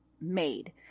made